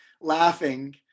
laughing